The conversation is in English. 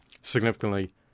significantly